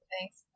Thanks